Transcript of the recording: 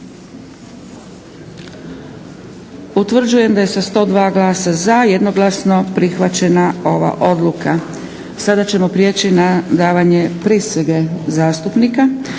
Utvrđujem da je sa 102 glasa za jednoglasno prihvaćena ova odluka. Sada ćemo prijeći na davanje prisege zastupnika.